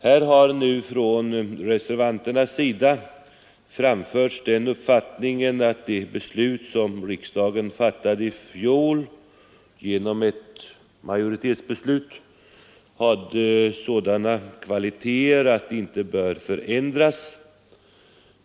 Här har från reservanternas sida framförts den uppfattningen att det beslut som riksdagen fattade i fjol — det var ett majoritetsbeslut — har sådana kvaliteter att det inte bör förändras.